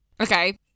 Okay